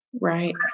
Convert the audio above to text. Right